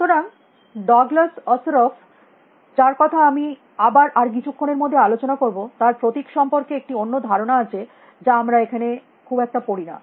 সুতরাং Douglas Osheroff যার কথা আমি আবার আর কিছু ক্ষণের মধ্যেই আলোচনা করব তার প্রতীক সম্পর্কে একটি অন্য ধারণা আছে যা আমরা এখানে খুব একটা পড়ি না